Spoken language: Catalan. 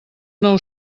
nou